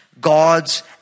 God's